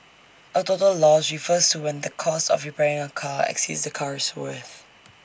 A total loss refers to when the cost of repairing A car exceeds the car's worth